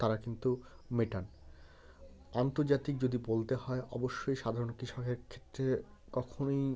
তারা কিন্তু মেটান আন্তর্জাতিক যদি বলতে হয় অবশ্যই সাধারণ কৃষকের ক্ষেত্রে কখনোই